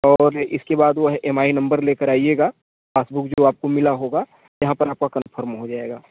और इसके बाद वो है एम आई नंबर ले कर आइएगा आपको जो आपको मिला होगा वहाँ पर आपका कन्फर्म हो जाएगा